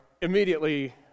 immediately